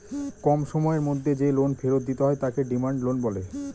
কম সময়ের মধ্যে যে লোন ফেরত দিতে হয় তাকে ডিমান্ড লোন বলে